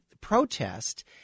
protest